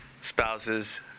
spouses